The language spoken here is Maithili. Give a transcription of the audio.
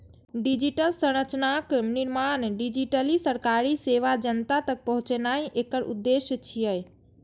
डिजिटल संरचनाक निर्माण, डिजिटली सरकारी सेवा जनता तक पहुंचेनाय एकर उद्देश्य छियै